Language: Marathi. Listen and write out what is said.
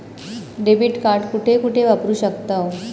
डेबिट कार्ड कुठे कुठे वापरू शकतव?